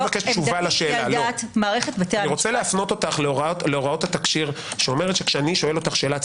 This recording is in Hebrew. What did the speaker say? אני מבקש להפנות אותך להוראות התקשי"ר שאומרת שכשאני שואל אותך שאלה,